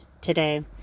today